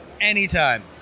Anytime